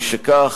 משכך,